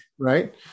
Right